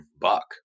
buck